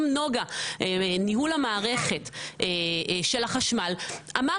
גם נגה - ניהול המערכת של החשמל אמר